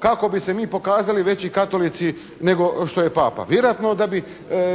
kako bi se mi pokazali veći katolici nego što je papa. Vjerojatno da bi